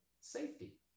safety